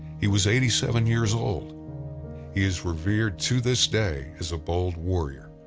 he was eighty seven years old. he is revered to this day as a bold warrior,